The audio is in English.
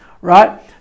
right